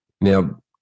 Now